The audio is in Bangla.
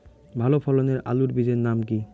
ভালো ফলনের আলুর বীজের নাম কি?